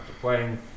playing